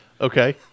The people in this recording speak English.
Okay